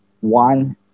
One